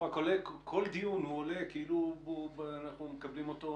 כל דיון הוא עולה כאילו אנחנו מקבלים אותו מחדש.